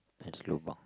best lobang